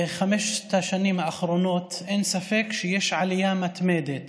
בחמש השנים האחרונות אין ספק שיש עלייה מתמדת